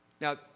Now